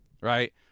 right